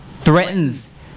threatens